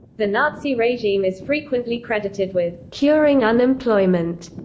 the nazi regime is frequently credited with curing unemployment,